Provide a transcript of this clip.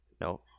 No